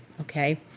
okay